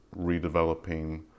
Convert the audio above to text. redeveloping